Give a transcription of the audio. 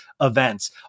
events